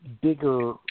bigger